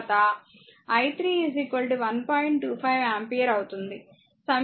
25 ampere అవుతుంది